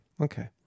okay